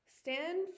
Stand